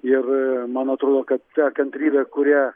ir man atrodo kad ta kantrybė kurią